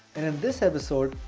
and in this episode,